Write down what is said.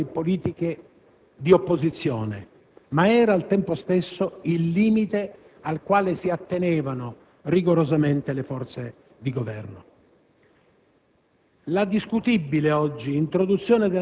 era il punto fermo delle posizioni politiche di opposizione, ma era, al tempo stesso, il limite al quale si attenevano rigorosamente le forze di Governo.